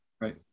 right